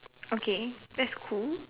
okay that's cool